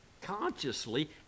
consciously